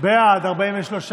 זה, הצבעה